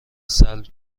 سلب